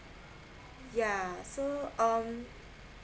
yeah so um